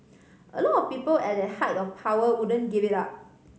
a lot of people at that height of power wouldn't give it up